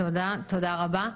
תודה רבה.